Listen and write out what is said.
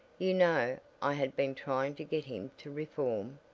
you know i had been trying to get him to reform.